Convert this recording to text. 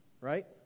right